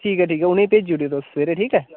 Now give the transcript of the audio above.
ठीक ऐ ठीक ऐ उ'ने ईं भेजी ओड़ेओ तुस सवेरे ठीक ऐ